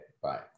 bye